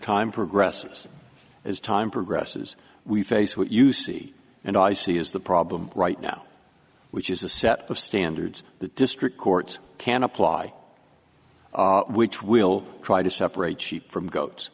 time progresses as time progresses we face what you see and i see is the problem right now which is a set of standards that district courts can apply which will try to separate sheep from goats